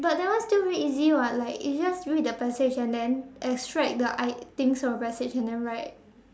but that one still very easy [what] like it's just read the passage and then extract the i~ things from the passage and then write